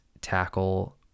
tackle